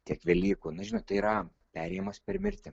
tiek velykų na žinot tai yra perėjimas per mirtį